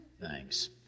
Thanks